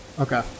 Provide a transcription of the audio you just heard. Okay